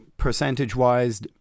Percentage-wise